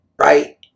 right